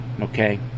okay